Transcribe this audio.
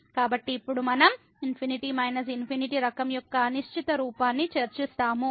కాబట్టి ఇప్పుడు మనం ∞∞ రకం యొక్క అనిశ్చిత రూపాన్ని చర్చిస్తాము